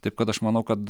taip kad aš manau kad